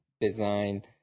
design